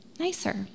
nicer